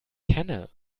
kenne